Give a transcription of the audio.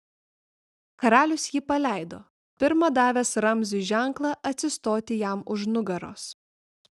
karalius jį paleido pirma davęs ramziui ženklą atsistoti jam už nugaros